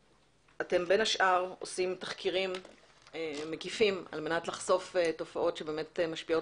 בין השאר את עושים תחקירים מקיפים על מנת לחשוף תופעות שבאמת משפיעות